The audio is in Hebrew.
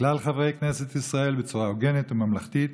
כלל חברי כנסת ישראל בצורה הוגנת וממלכתית